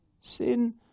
sin